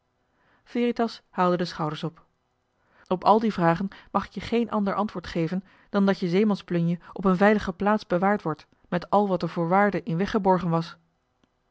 haalde de schouders op op al die vragen mag ik je geen ander antwoord geven dan dat je zeemansplunje op een veilige plaats bewaard wordt met al wat er voor waarde in weggeborgen was